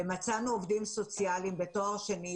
מצאנו עובדים סוציאליים בתואר שני,